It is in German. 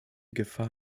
gefahr